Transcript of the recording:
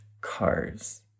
cars